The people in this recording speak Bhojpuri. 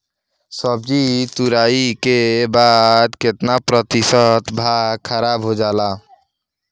सब्जी तुराई के बाद केतना प्रतिशत भाग खराब हो जाला?